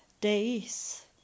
days